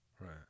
Right